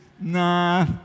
nah